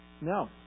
No